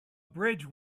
bridge